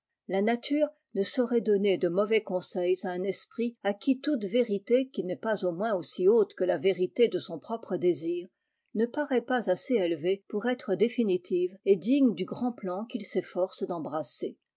lia nature ne saurait donner de mauvais conseils à un esprit à qui toute vérité qui n'est pas au moins aussi haute que la vérité de son propre désir ne parait pas assez élevée pour être définitive et digne du grand plan qu'il s'efforce d'embrasser